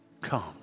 come